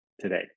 today